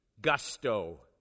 gusto